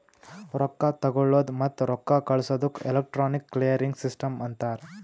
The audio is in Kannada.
ರೊಕ್ಕಾ ತಗೊಳದ್ ಮತ್ತ ರೊಕ್ಕಾ ಕಳ್ಸದುಕ್ ಎಲೆಕ್ಟ್ರಾನಿಕ್ ಕ್ಲಿಯರಿಂಗ್ ಸಿಸ್ಟಮ್ ಅಂತಾರ್